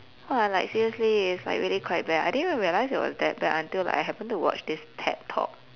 !wah! like seriously it's like really quite bad I didn't even realise it was that bad until like I happened to watch this ted talk